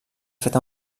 fet